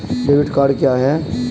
Debit card क्या है?